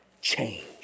change